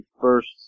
first